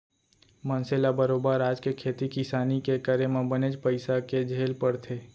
मनसे ल बरोबर आज के खेती किसानी के करे म बनेच पइसा के झेल परथे